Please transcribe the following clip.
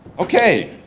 okay,